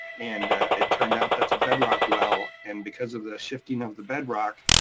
and it turned out that's a bedrock well, and because of the shifting of the bedrock,